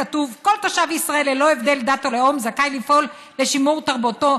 כתוב: "כל תושב ישראל ללא הבדל דת או לאום זכאי לפעול לשימור תרבותו,